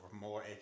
more